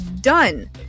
done